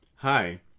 Hi